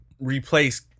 replace